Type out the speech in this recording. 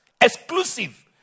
exclusive